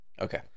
Okay